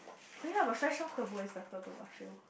oh yea but fresh-off-the-boat better to I feel